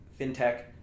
FinTech